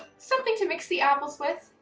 something to mix the apples with,